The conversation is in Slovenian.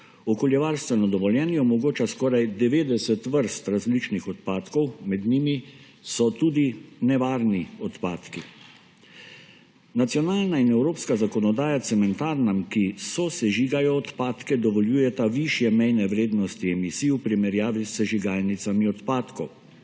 Okoljevarstveno dovoljenje omogoča skoraj 90 vrst različnih odpadkov, med njimi so tudi nevarni odpadki. Nacionalna in evropska zakonodaja cementarnam, ki sosežigajo odpadke, dovoljujeta višje mejne vrednosti emisij v primerjavi s sežigalnicami odpadkov,